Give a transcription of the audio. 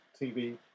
TV